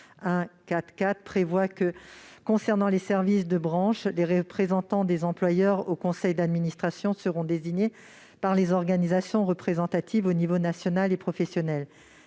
3.1.4.4 prévoit ainsi que, « concernant les services de branches, les représentants des employeurs au conseil d'administration seront désignés par les organisations représentatives au niveau national et professionnel